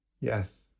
Yes